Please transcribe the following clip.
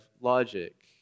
logic